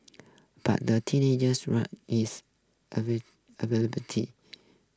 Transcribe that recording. but the teenagers is available tea